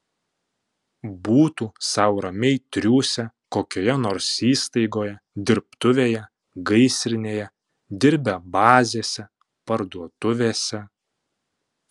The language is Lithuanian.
būtų sau ramiai triūsę kokioje nors įstaigoje dirbtuvėje gaisrinėje dirbę bazėse parduotuvėse